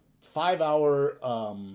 five-hour